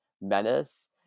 menace